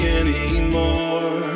anymore